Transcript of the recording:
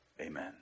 Amen